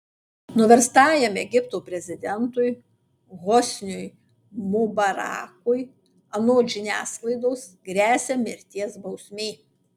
nuverstajam egipto prezidentui hosniui mubarakui anot žiniasklaidos gresia mirties bausmė